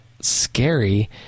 scary